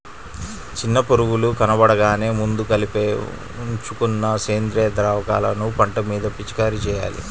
చిన్న పురుగులు కనబడగానే ముందే కలిపి ఉంచుకున్న సేంద్రియ ద్రావకాలను పంట మీద పిచికారీ చెయ్యాలి